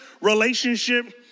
relationship